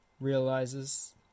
realizes